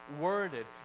worded